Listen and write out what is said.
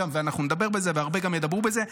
אנחנו נדבר על זה והרבה עוד ידברו על זה,